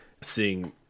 seeing